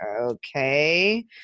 okay